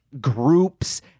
groups